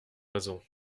raison